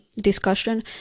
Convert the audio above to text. discussion